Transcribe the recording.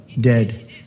dead